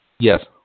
Yes